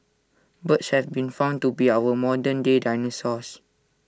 birds have been found to be our modern day dinosaurs